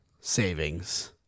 savings